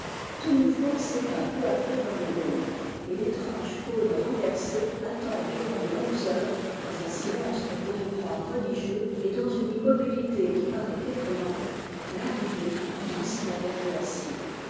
tout mouvement s'éteint peu à peu dans le dôme et tétrange cône renversé attend durant de longues heures dans un silence qu'on pourrait croire religieux et dans une immobilité qui parait effrayante l'arrivée du mystère de la cire